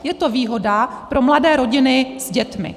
Je to výhoda pro mladé rodiny s dětmi.